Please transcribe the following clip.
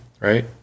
right